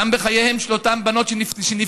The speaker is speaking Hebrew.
גם בחייהן של אותן בנות שנפגעו,